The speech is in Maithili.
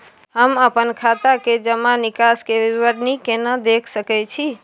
हम अपन खाता के जमा निकास के विवरणी केना देख सकै छी?